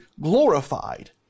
glorified